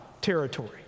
territory